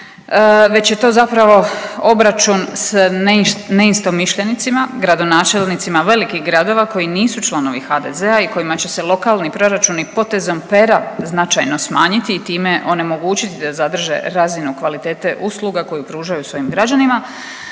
već je to zapravo obračun s neistomišljenicima gradonačelnicima velikih gradova koji nisu članovi HDZ-a i kojima će se lokalni proračuni potezom pera značajno smanjiti i time onemogućiti da zadrže razinu kvalitete usluga koju pružaju svojim građanima.